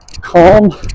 calm